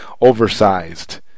oversized